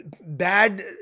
bad